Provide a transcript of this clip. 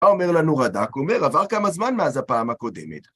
מה אומר לנו רד"ק, אומר, עבר כמה זמן מאז הפעם הקודמת.